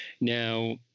Now